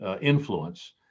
influence